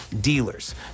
dealers